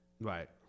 right